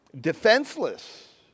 defenseless